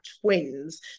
twins